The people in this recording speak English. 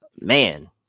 Man